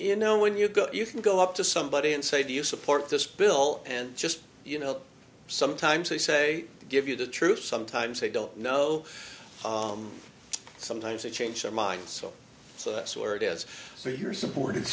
but no when you go you can go up to somebody and say do you support this bill and just you know sometimes they say to give you the truth sometimes they don't know sometimes they change their mind so so that's where it is so you're support